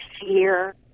fear